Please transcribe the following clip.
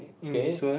okay